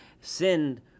sinned